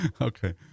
okay